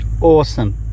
Awesome